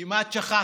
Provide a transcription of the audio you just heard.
כמעט שכחנו,